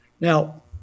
Now